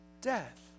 death